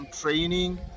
training